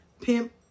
pimp